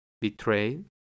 betrayed